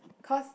cause